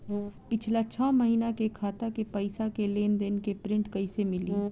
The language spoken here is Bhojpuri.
पिछला छह महीना के खाता के पइसा के लेन देन के प्रींट कइसे मिली?